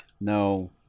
No